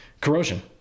corrosion